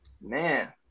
Man